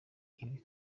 ibi